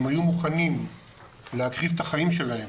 הם היו מוכנים להקריב את החיים שלהם